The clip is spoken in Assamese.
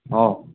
অঁ